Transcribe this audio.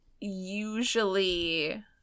usually